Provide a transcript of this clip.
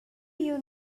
you